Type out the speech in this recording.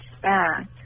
back